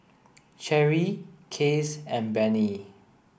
Cherie Case and Benny